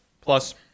Plus